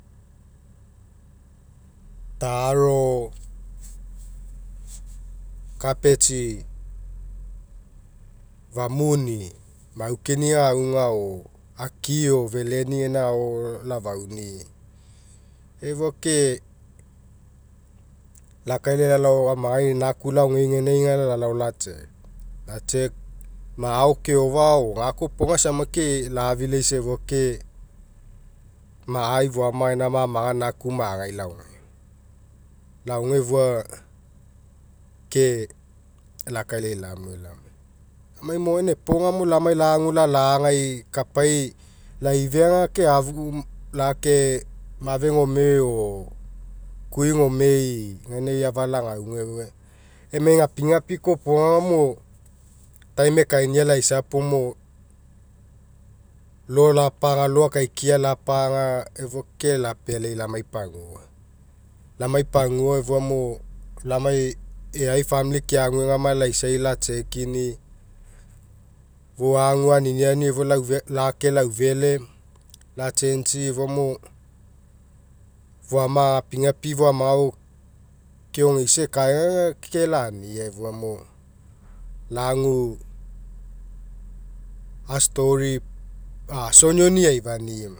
Taro kapetsi famuni mau keni gagauga o akio feleni gaina agao lafauni'i. Efua ke lakailai lalao amagai laku laogei aga lalao la check, la cheek ma'a ao keofa o gakoa lopoga koa aisama ke lafilaisa efua ke ma'a ei foama mamaga gaina naku magai laoge, laoge afua ke lakaila lamue lamai lamai mo gaina epo agamo lagu lalagai kapai laifea aga ke afu lake mafe gome o kui gomei gaina afa lagauga emai gapigapi kopega lo akaikia lapaga efua ke lapealai lamai pagua. Lamai pagua efua mo lamai eai famili keaguegama laisai la check 'ini'i fou agu aniniani efua laufe lake laufele lachange'i efua mo foama gapigapi foamaga ao keogeisa ekae aga ke lania efua mo laga a'story a isonioni aifani mao